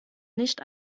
nicht